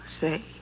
say